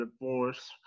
divorce